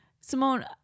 Simone